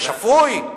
זה שפוי?